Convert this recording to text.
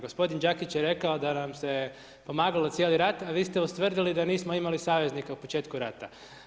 Gospodin Đakić je rekao da nam se pomagalo cijeli rat, a vi ste ustvrdili da nismo imali saveznika u početku rata.